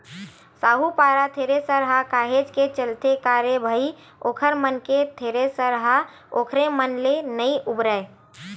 साहूपारा थेरेसर ह काहेच के चलथे का रे भई ओखर मन के थेरेसर ह ओखरे मन ले नइ उबरय